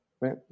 right